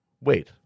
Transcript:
wait